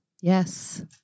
Yes